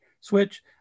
switch